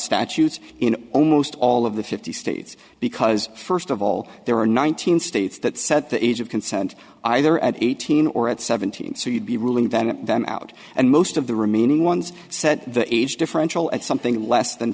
statutes in almost all of the fifty states because first of all there are nineteen states that set the age of consent either at eighteen or at seventeen so you'd be ruling that them out and most of the remaining ones said the age differential at something less than